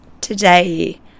today